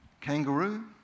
Kangaroo